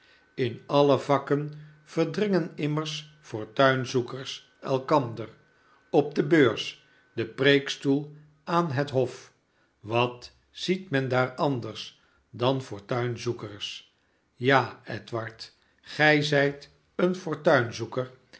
niet alle menschen fortuinzoekers inallevakken verdringen immers fortuinzoekers elkander op de beurs den preekstoel aan het hof wat ziet men daar anders dan fortuinzoekers ja edward gij zijt een